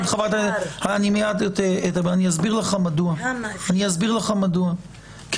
מיד מדוע, אני אסביר לך מדוע, כי